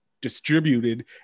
distributed